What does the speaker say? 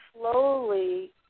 slowly